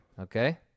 Okay